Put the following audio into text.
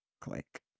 click